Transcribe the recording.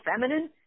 feminine